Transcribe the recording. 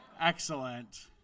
Excellent